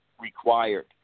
required